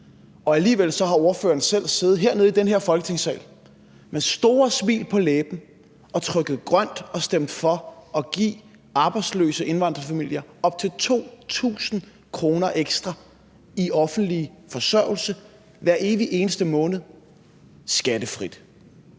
Alligevel har ordføreren selv siddet hernede i den her Folketingssal med store smil på læben og trykket grønt og stemt for at give arbejdsløse indvandrerfamilier op til 2.000 kr. ekstra i offentlig forsørgelse skattefrit hver evig eneste måned,